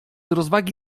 rozwagi